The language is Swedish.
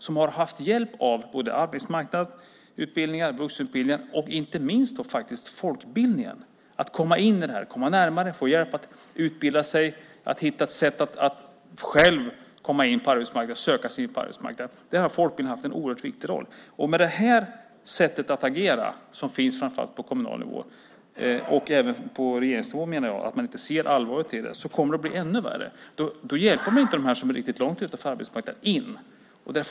De har haft hjälp av arbetsmarknadsutbildningar, vuxenutbildningar och inte minst folkbildningen. Det handlar om att komma in, komma närmare, få hjälp, utbilda sig och hitta ett sätt att själv söka sig in på arbetsmarknaden. Där har folkbildningen haft en oerhört viktig roll. Med det här sättet att agera på kommunal nivå men även på regeringsnivå kommer det att bli ännu värre. Man ser inte allvaret i detta. Man hjälper inte in dem som är riktigt långt utanför arbetsmarknaden.